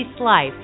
life